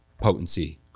potency